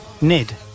Nid